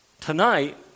Tonight